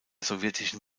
sowjetischen